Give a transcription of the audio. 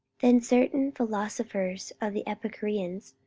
then certain philosophers of the epicureans,